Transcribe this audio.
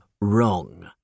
wrong